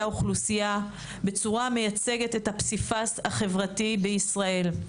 האוכלוסייה בצורה המייצגת את הפסיפס החברתי בישראל.